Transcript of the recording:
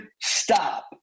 stop